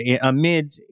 amid